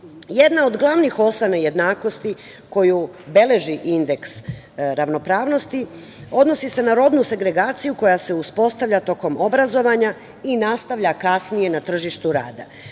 Jedna od glavnih osa nejednakosti koju beleži indeks ravnopravnosti odnosi se na rodnu segregaciju koja se uspostavlja tokom obrazovanja i nastavlja kasnije na tržištu